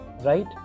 right